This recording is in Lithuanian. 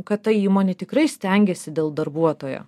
kad ta įmonė tikrai stengiasi dėl darbuotojo